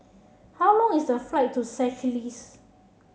how long is the flight to Seychelles